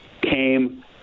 came